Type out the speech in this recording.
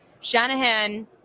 Shanahan